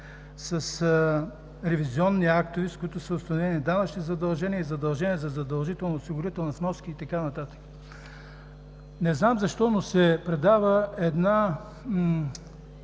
с ревизионни актове, с които са установени данъчни задължения и задължения за задължителни осигурителни вноски и така нататък. Не знам защо, но се предава